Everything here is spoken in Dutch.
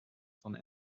van